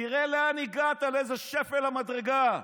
תראה לאן הגעת, לאיזה שפל המדרגה.